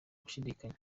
bashidikanya